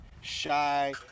shy